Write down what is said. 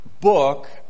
book